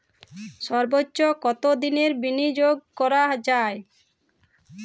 সর্বোচ্চ কতোদিনের বিনিয়োগ করা যায়?